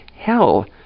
hell